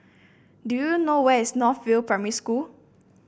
do you know where is North View Primary School